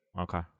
Okay